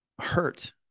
hurt